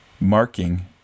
marking